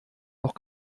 noch